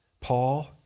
Paul